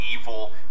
evil